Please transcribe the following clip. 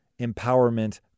empowerment